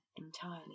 entirely